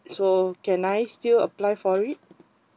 so can I still apply for it